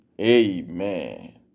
Amen